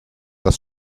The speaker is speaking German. das